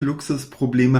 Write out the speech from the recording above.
luxusprobleme